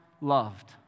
loved